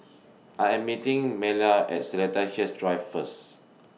I Am meeting Maleah At Seletar Hills Drive First